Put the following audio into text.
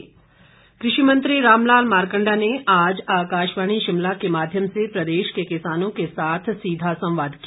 मारकंडा कृषि मंत्री रामलाल मारकंडा ने आज आकाशवाणी शिमला के माध्यम से प्रदेश के किसानों के साथ सीधा संवाद किया